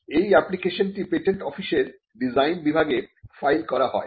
এই অ্যাপ্লিকেশনটি পেটেন্ট অফিসের ডিজাইন বিভাগে ফাইল করা হয়